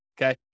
okay